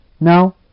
Now